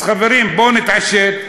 אז, חברים, בואו נתעשת.